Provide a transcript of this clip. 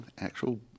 Actual